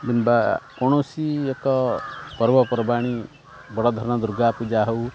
କିମ୍ବା କୌଣସି ଏକ ପର୍ବପର୍ବାଣି ବଡ଼ ଧରଣ ଦୁର୍ଗା ପୂଜା ହଉ